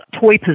toy